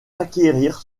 acquérir